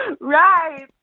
Right